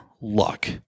luck